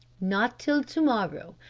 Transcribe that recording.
not till to-morrow.